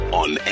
on